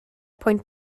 pwynt